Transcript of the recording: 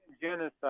genocide